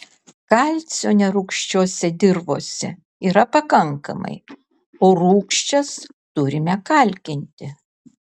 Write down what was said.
kalcio nerūgščiose dirvose yra pakankamai o rūgščias turime kalkinti